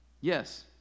Yes